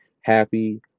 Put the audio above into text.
happy